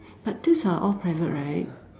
but these are all private right